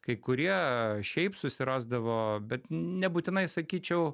kai kurie šiaip susirasdavo bet nebūtinai sakyčiau